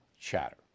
Chatter